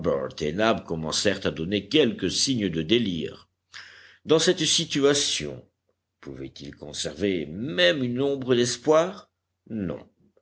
nab commencèrent à donner quelques signes de délire dans cette situation pouvaient-ils conserver même une ombre d'espoir non